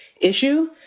issue